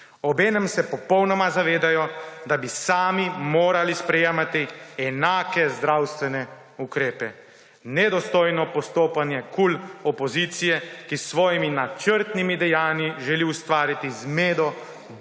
obenem se popolnoma zavedajo, da bi sami morali sprejemati enakem zdravstvene ukrepe. Nedostojno postopanje KUL opozicije, ki s svojimi načrtnimi dejanji želi ustvariti zmedo